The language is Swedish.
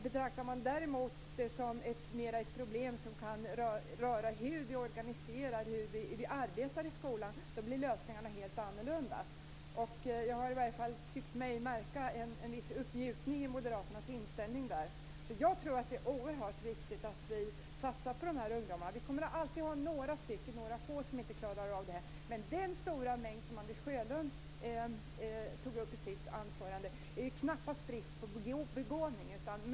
Betraktar man det däremot som ett problem som kan röra hur vi organiserar och arbetar i skolan blir lösningen helt annorlunda. Jag har i varje fall tyckt mig märka en viss uppmjukning i moderaternas inställning här. Jag tror att det är oerhört viktigt att vi satsar på dessa ungdomar. Det kommer alltid att vara några få som inte klarar av det här, men för den stora mängd som Anders Sjölund tog upp i sitt anförande är det knappast fråga om brist på begåvning.